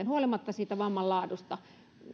huolimatta siitä vamman laadusta